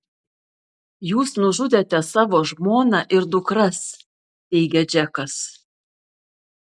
jūs nužudėte savo žmoną ir dukras teigia džekas